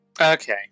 Okay